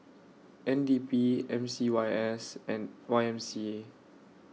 N D P M C Y S and Y M C A